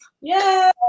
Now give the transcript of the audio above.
Yay